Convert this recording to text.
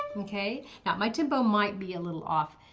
okay, now my tempo might be a little off,